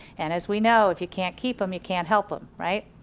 and as we know, if you can't keep em, you can't help em. right,